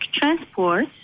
transport